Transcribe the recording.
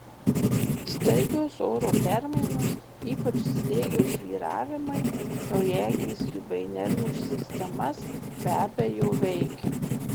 staigios oro permainos ypač slėgio svyravimai kraujagyslių bei nervų sistemas be abejo veikia